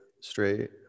straight